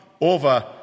over